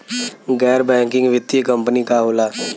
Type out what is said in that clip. गैर बैकिंग वित्तीय कंपनी का होला?